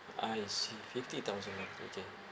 I see fifty thousand ah